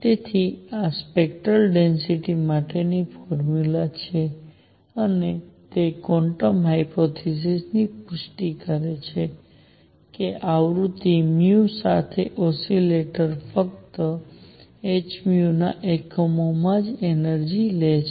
તેથી આ spectral density માટેની ફોર્મ્યુલા છે અને તે ક્વોન્ટમ હાયપોથેસિસ ની પુષ્ટિ કરે છે કે આવૃત્તિ સાથેનું ઓસિલેટર ફક્ત h ના એકમોમાં જ એનર્જિ લે છે